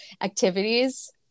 activities